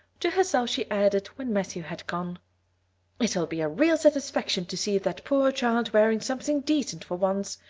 to herself she added when matthew had gone it'll be a real satisfaction to see that poor child wearing something decent for once.